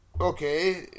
okay